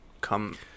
come